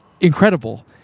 incredible